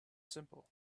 simple